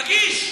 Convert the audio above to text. תגיש.